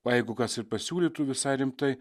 o jeigu kas ir pasiūlytų visai rimtai